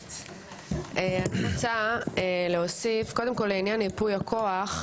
אני רוצה להוסיף קודם כול לעניין ייפוי הכוח,